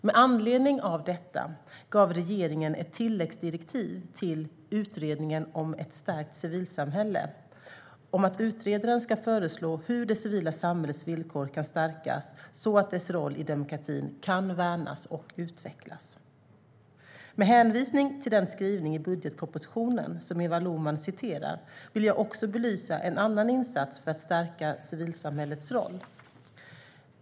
Med anledning av detta gav regeringen ett tilläggsdirektiv till Utredningen för ett stärkt civilsamhälle att utredaren ska föreslå hur det civila samhällets villkor kan stärkas så att dess roll i demokratin kan värnas och utvecklas . Med hänvisning till den skrivning i budgetpropositionen som Eva Lohman citerar vill jag också belysa en annan insats för att stärka civilsamhällets roll.